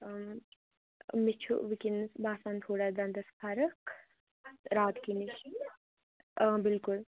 مےٚ چھُ وُنِکٮ۪نَس باسان تھوڑا دَنٛدس فَرق راتکہِ نِش بِلکُل